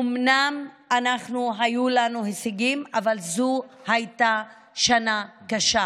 אומנם היו לנו הישגים, אבל זו הייתה שנה קשה.